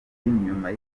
y’igikorwa